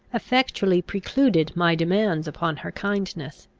effectually precluded my demands upon her kindness.